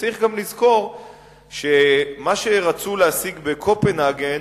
וצריך גם לזכור שמה שרצו להשיג בקופנהגן